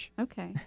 Okay